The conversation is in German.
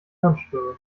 hirnströme